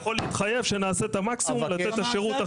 אז אתה לא יכול להתחייב לשום דבר, הבנתי.